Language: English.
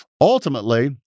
ultimately